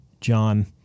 John